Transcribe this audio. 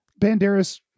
Banderas